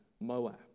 Moab